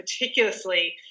meticulously